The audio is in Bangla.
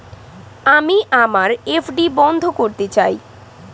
আমি আমার এফ.ডি বন্ধ করতে চাই